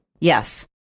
Yes